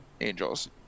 angels